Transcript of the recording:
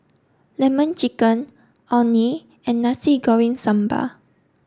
lemon chicken Orh Nee and Nasi Goreng Sambal